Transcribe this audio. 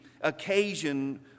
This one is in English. occasion